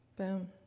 Boom